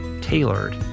tailored